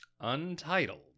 Untitled